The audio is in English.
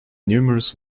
numerous